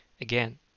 Again